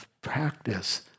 practice